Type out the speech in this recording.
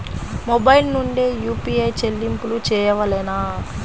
Mobile నుండే UPI చెల్లింపులు చేయవలెనా?